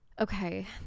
Okay